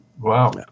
Wow